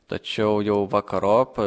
tačiau jau vakarop